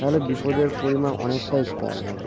তাহলে বিপদের পরিমাণ অনেকটাই কম হবে